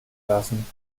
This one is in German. lassen